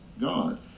god